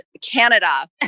Canada